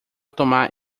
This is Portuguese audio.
tomar